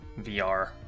VR